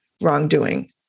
wrongdoing